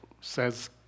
says